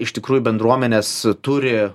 iš tikrųjų bendruomenės turi